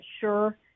sure